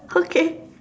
okay